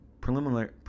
preliminary